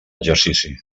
exercici